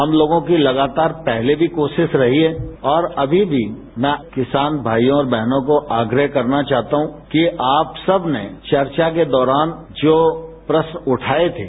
हम लोगों की लगातार पहले भी कोशिश रही है और अमी भी मैं किसान भाईयों और बहनों को आग्रह करना चाहता हूं कि आप सबने चर्चा के दौरान जो प्रश्न उठाए थे